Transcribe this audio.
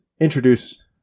introduce